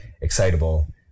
excitable